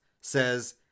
says